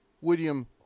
William